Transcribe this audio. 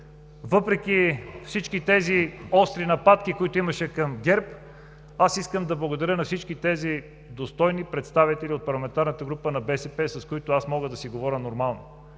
Въпреки всички тези остри нападки, които имаше към ГЕРБ, аз искам да благодаря на всички тези достойни представители от парламентарната група на БСП, с които аз мога да си говоря нормално.